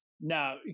Now